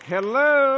Hello